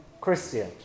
Christian